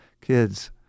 kids